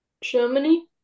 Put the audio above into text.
Germany